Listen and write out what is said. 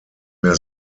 mehr